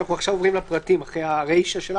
"מקום הפתוח לציבור,